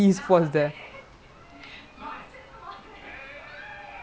the thing is basketball badminton all can but football five person legit cannot